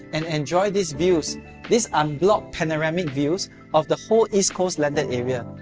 and enjoy these views these unblocked panoramic views of the whole east coast landed area.